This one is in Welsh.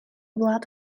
wlad